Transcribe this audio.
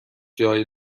جای